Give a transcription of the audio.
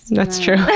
that's true.